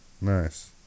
Nice